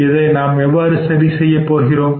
இதை நாம் எவ்வாறு சரி செய்யப் போகிறோம்